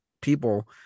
people